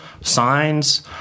signs